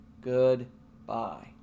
goodbye